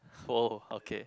oh okay